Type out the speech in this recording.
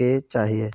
के चाहिए?